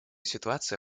ситуация